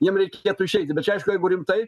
jiem reikėtų išeiti bet aišku jeigu rimtai